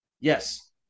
Yes